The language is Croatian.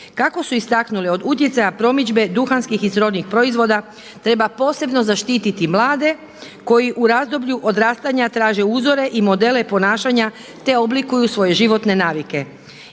Kako su istaknuli, od utjecaja promidžbe duhanskih i srodnih proizvoda treba posebno zaštititi mlade koji u razdoblju odrastanja traže uzore i modele ponašanja, te oblikuju svoje životne navike.